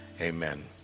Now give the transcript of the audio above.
Amen